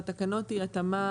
והתקנות היא התאמה